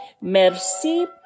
Merci